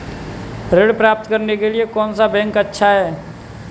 ऋण प्राप्त करने के लिए कौन सा बैंक अच्छा है?